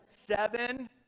Seven